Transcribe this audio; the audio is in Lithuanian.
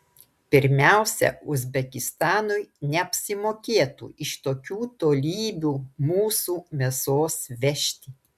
pirmiausia uzbekistanui neapsimokėtų iš tokių tolybių mūsų mėsos vežti